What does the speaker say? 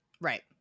Right